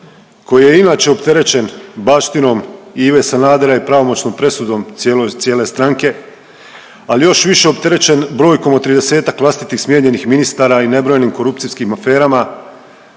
koji je inače opterećen baštinom Ive Sanadera i pravomoćnom presudom cijele stranke, ali je još više opterećen brojkom od 30-ak vlastitih smijenjenih ministara i nebrojenim korupcijskim aferama